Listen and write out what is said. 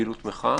לפעילות מחאה.